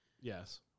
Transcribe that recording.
Yes